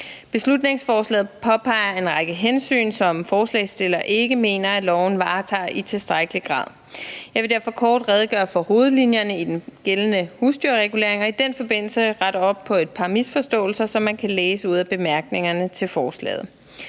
Beslutningsforslaget påpeger en række hensyn, som forslagsstillerne ikke mener at loven varetager i tilstrækkelig grad. Jeg vil derfor kort redegøre for hovedlinjerne i den gældende husdyrregulering og i den forbindelse rette op på et par misforståelser, som man kan læse ud af bemærkningerne til forslaget.